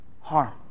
harm